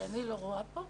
שאני מבקשת להעלות אותה.